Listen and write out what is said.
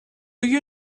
you